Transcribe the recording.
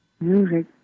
music